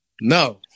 No